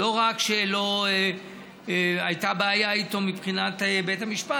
לא רק שלא הייתה בעיה איתו מבחינת בית המשפט,